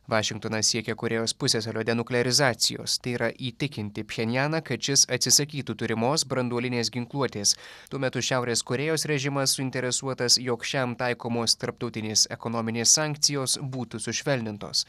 vašingtonas siekia korėjos pusiasalio denuklerizacijos tai yra įtikinti pjenjaną kad šis atsisakytų turimos branduolinės ginkluotės tuo metu šiaurės korėjos režimas suinteresuotas jog šiam taikomos tarptautinės ekonominės sankcijos būtų sušvelnintos